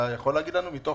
אתה יכול להגיד לנו?